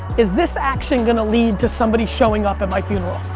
is this actually gonna lead to somebody showing up at my funeral?